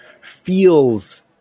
feels